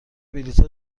بلیتها